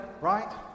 right